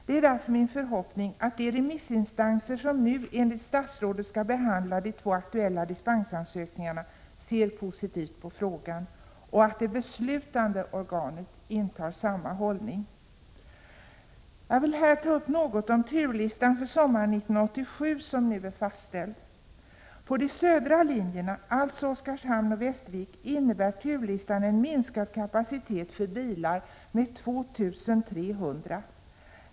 Det är därför min förhoppning att de remissinstanser som nu enligt statsrådet skall behandla de två aktuella dispensansökningarna ser positivt på frågan och att det beslutande organet intar samma hållning! Jag vill här ta upp något om turlistan för sommaren 1987, som nu är fastställd. På de södra linjerna, alltså för Oskarshamn och Västervik, innebär turlistan en minskad kapacitet för bilar med 2 300.